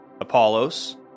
Apollos